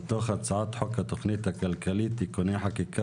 מתוך הצעת חוק התוכנית הכלכלית (תיקוני חקיקה